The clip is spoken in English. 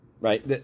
right